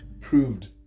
proved